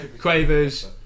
Quavers